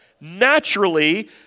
naturally